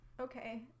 okay